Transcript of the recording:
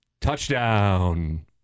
touchdown